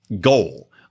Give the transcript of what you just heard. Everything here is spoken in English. goal